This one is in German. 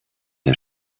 der